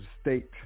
State